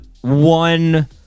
One